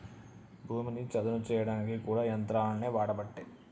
భూమిని చదును చేయడానికి కూడా యంత్రాలనే వాడబట్టే